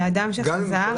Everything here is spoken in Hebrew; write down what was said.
היא לאדם שחזר.